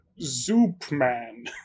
Zoopman